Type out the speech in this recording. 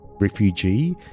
refugee